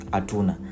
atuna